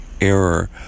error